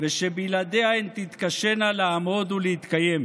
ושבלעדיה הן תתקשינה לעמוד ולהתקיים.